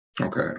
Okay